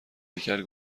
هیکل